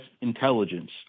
intelligence